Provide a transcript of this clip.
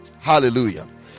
Hallelujah